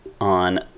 on